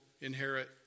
inherit